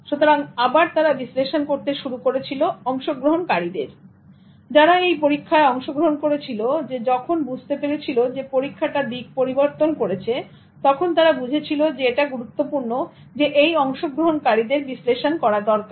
সুতরাং আবার তারা বিশ্লেষণ করতে শুরু করেছিল অংশগ্রহণকারীদের যারা এই পরীক্ষায় অংশগ্রহণ করেছিল যখন বুঝতে পেরেছিল পরীক্ষাটা দিক পরিবর্তন করেছে অর্থাৎ কোনো অবস্থায় তাদের পারফরমেন্সে ঘাটতি হচ্ছে না তখন তারা বুঝেছিল এটা গুরুত্বপূর্ণ যে এই অংশগ্রহণকারীদের বিশ্লেষণ করা দরকার